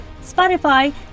Spotify